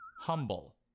humble